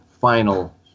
final